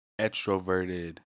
extroverted